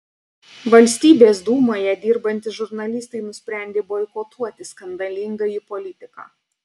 valstybės dūmoje dirbantys žurnalistai nusprendė boikotuoti skandalingąjį politiką